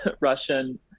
Russian